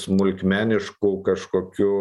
smulkmeniškų kažkokių